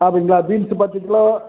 அப்படிங்களா பீன்ஸ்ஸு பத்துக் கிலோ